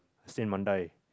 stay in Mandai